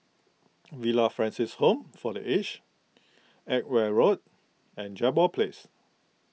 Villa Francis Home for the Aged Edgware Road and Jambol Place